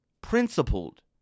principled